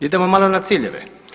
Idemo malo na ciljeve.